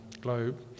globe